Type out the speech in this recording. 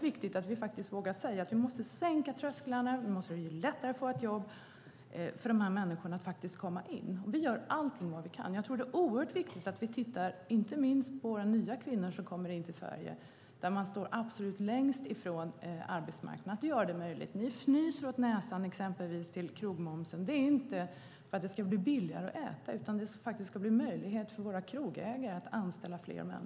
Vi måste våga säga att vi ska sänka trösklarna och att det ska bli lättare för dessa människor att få jobb. Vi gör allt vi kan. Det är särskilt viktigt när de gäller de nya kvinnor som kommer till Sverige. De står absolut längst från arbetsmarknaden. Ni fnyser åt den sänkta krogmomsen. Avsikten är inte att det ska bli billigare att äta, utan att det ska bli möjligt för krogägarna att anställa fler.